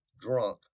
drunk